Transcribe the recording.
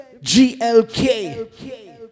GLK